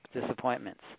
disappointments